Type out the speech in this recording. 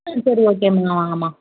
ம் சரி ஓகேம்மா வாங்கம்மா